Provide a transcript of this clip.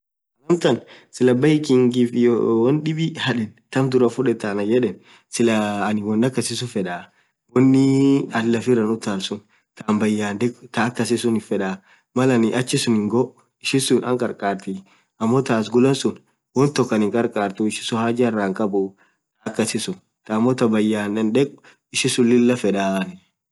amtan Sila bikingif hiyo won dhib hadhen tamm dhurah fudhetha anan yedhe silah anin wonn akasisun fedha wonii lafiran utalsun khaanin bayyan dhekhu thaa akasisun fedha Mal anin achisunen goo ishisun Anna gargarthi ammo thaa asgulan suun won tokko anikarkarthu ishisun hahaha irahiqhabuu thaa akasisun ammo thaa bayan andhekh ishisun Lilah fedha